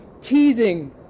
teasing